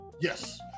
Yes